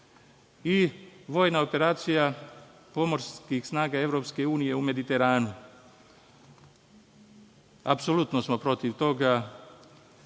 vojna operacija pomorskih snaga EU u Mediteranu. Apsolutno smo protiv toga,